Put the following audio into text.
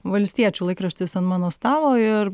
valstiečių laikraštis ant mano stalo ir